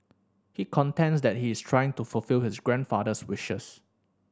he contends that he is trying to fulfil his grandfather's wishes